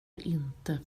inte